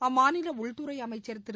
அம்மாநில உள்துறை அமைச்சா திரு